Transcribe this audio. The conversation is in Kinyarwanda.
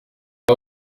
cya